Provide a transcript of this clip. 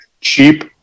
Cheap